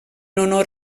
honor